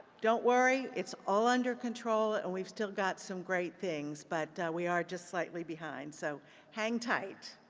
don't worry. it's all under control and we've still got some great things, but we are just slightly behind. so hang tight.